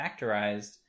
factorized